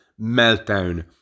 meltdown